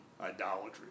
idolatry